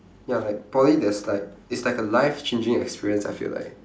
ya like poly there's like it's like a life changing experience I feel like